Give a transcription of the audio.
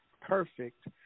perfect